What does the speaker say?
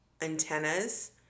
antennas